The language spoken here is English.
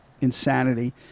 insanity